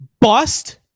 bust